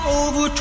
over